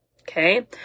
okay